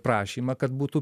prašymą kad būtų